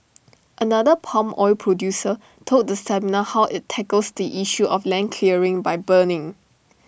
another palm oil producer told the seminar how IT tackles the issue of land clearing by burning